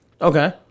okay